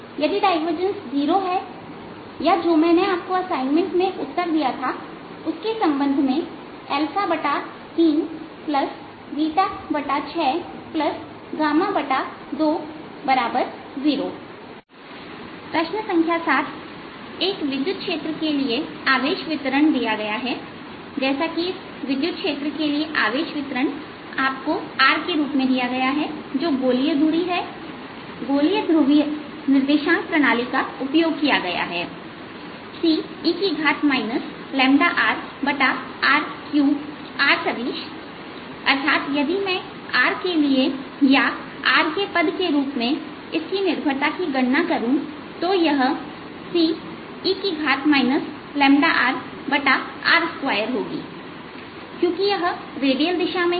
यदि डाइवर्जंस 0 है जो मैंने आपको असाइनमेंट में उत्तर दिया था उसके संबंध में 3620 प्रश्न संख्या 7 एक विद्युत क्षेत्र के लिए आवेश वितरण दिया गया है जैसा कि इस विद्युत क्षेत्र के लिए आवेश वितरण आपको r के रूप में दिया गया है जो गोलिय दूरी हैगोलिय ध्रुवीय निर्देशांक प्रणाली का उपयोग किया गया है Ce rr3 r सदिश अर्थात यदि मैं r के लिए या r के पद के रूप में इसकी निर्भरता की गणना करूं तो यह Ce rr2 होगी क्योंकि यह रेडियल दिशा में है